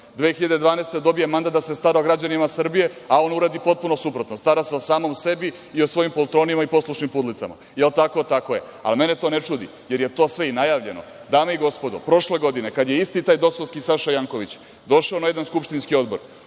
2012. dobije mandat da se stara o građanima Srbije, a on uradi potpuno suprotno. Stara se o samom sebi i o svojim .. i poslušnim pudlicama. Jel tako? Tako je. Mene to ne čudi, jer je sve to najavljeno. Dame i gospodo, prošle godine kada je isti taj dosovskiSaša Janković došao na jedan skupštinski odbor,